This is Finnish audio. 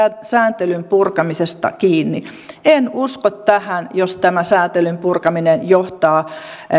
sääntelyn purkamisesta kiinni en usko tähän jos tämä sääntelyn purkaminen johtaa